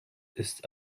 ist